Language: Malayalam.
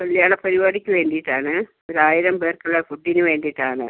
കല്യാണ പരുപാടിക്ക് വേണ്ടിയിട്ടാണ് ഒരു ആയിരം പേർക്കുള്ള ഫുഡിന് വേണ്ടിയിട്ടാണ്